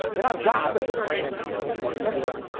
then our job as a brain engineer is pretty simple.